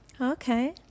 okay